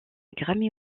grammy